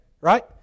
Right